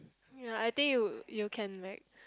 ya I think you you can